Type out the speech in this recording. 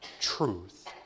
truth